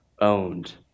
owned